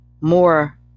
more